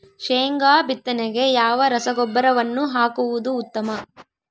ಶೇಂಗಾ ಬಿತ್ತನೆಗೆ ಯಾವ ರಸಗೊಬ್ಬರವನ್ನು ಹಾಕುವುದು ಉತ್ತಮ?